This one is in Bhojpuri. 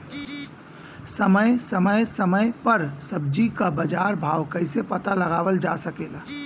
समय समय समय पर सब्जी क बाजार भाव कइसे पता लगावल जा सकेला?